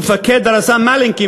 רס"ן מלינקי,